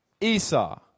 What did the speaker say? Esau